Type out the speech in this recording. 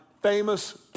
Famous